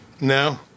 No